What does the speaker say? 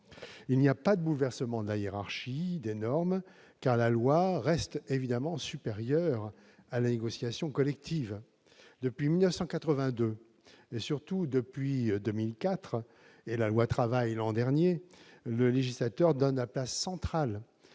Il n'y a pas de bouleversement de la hiérarchie des normes, car la loi reste évidemment supérieure à la négociation collective. Depuis 1982 et, surtout, depuis 2004 et la loi Travail de l'an dernier, le législateur donne à l'accord